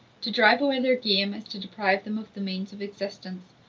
to drive away their game is to deprive them of the means of existence,